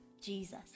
jesus